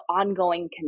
ongoing